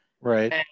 Right